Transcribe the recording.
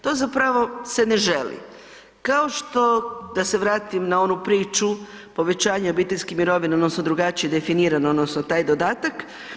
To zapravo se ne želi, kao što da se vratim na onu priču, povećanja obiteljskih mirovina odnosno drugačije definirano odnosno taj dodatak.